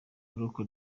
local